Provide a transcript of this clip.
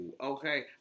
okay